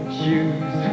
shoes